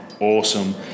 awesome